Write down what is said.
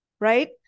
right